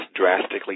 drastically